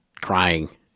crying